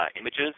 images